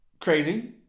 crazy